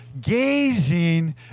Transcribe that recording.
gazing